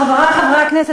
חברי חברי הכנסת,